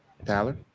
Tyler